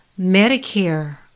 Medicare